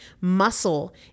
Muscle